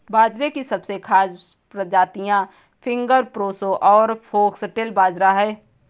बाजरे की सबसे खास प्रजातियाँ मोती, फिंगर, प्रोसो और फोक्सटेल बाजरा है